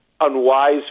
unwise